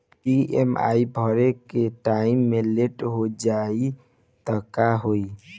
EMI भरे के time मे लेट हो जायी त का होई?